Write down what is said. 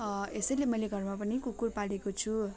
यसैले मैले घरमा पनि कुकुर पालेको छु